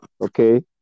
okay